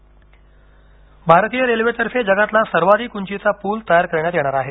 railway पूल भारतीय रेल्वेतर्फे जगातला सर्वाधिक उंचीचा पूल तयार करण्यात येणार आहे